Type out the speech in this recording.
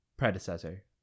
predecessor